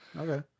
Okay